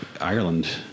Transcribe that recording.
Ireland